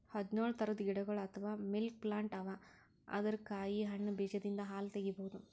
ಹದ್ದ್ನೊಳ್ ಥರದ್ ಗಿಡಗೊಳ್ ಅಥವಾ ಮಿಲ್ಕ್ ಪ್ಲಾಂಟ್ ಅವಾ ಅದರ್ ಕಾಯಿ ಹಣ್ಣ್ ಬೀಜದಿಂದ್ ಹಾಲ್ ತಗಿಬಹುದ್